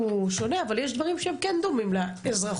אבל יש דברים שהם כן דומים לאזרחות,